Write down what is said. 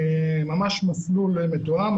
ממש מסלול מתואם.